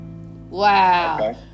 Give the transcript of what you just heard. Wow